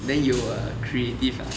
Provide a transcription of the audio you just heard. then 有 uh creative ah